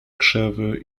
krzewy